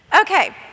Okay